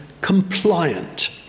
compliant